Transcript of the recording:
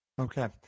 Okay